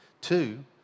two